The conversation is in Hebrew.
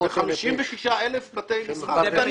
56,000 בתי מסחר.